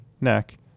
neck